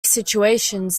situations